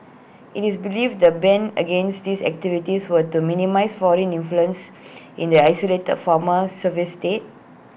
IT is believed the ban against these activities were to minimise foreign influence in the isolated former Soviet state